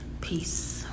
Peace